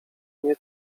nie